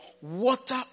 water